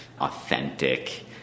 authentic